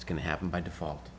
it's going to happen by default